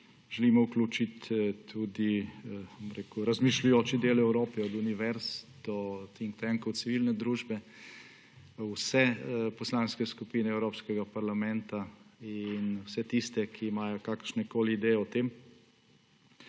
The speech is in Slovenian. želimo tudi, bom rekel, razmišljujoči del Evrope, od univerz do think tankov, civilne družbe, vse poslanske skupine Evropskega parlamenta in vse tiste, ki imajo kakršnekoli ideje o tem,